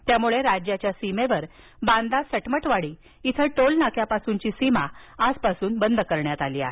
त्यामुळे राज्याच्या सीमेवर बांदा सटमटवाडी इथं टोल नाक्यापासून सीमा आजपासून बंद करण्यात आली आहे